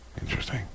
Interesting